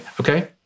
Okay